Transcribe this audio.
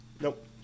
Nope